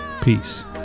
Peace